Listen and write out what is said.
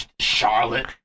Charlotte